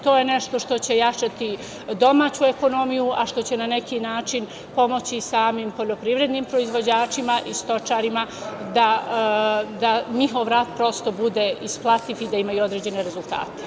To je nešto što će jačati domaću ekonomiju a što će na neki način pomoći i samim poljoprivrednim proizvođačima i stočarima da njihov rad prosto bude isplativ i da imaju određene rezultate.